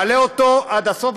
מעלה אותו עד הסוף.